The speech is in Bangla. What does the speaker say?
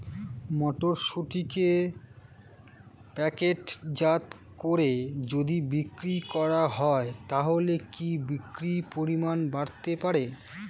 মটরশুটিকে প্যাকেটজাত করে যদি বিক্রি করা হয় তাহলে কি বিক্রি পরিমাণ বাড়তে পারে?